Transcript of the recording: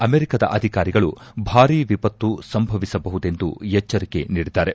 ಅಮೆರಿಕದ ಅಧಿಕಾರಿಗಳು ಭಾರಿ ವಿಪತ್ತು ಸಂಭವಿಸಬಹುದೆಂದು ಎಚ್ಚರಿಕೆ ನೀಡಿದ್ದಾರೆ